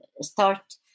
start